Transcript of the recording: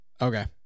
Okay